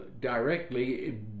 directly